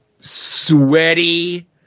sweaty